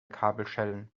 kabelschellen